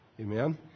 Amen